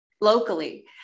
locally